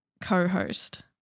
co-host